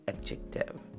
adjective